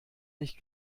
nicht